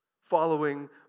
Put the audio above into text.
following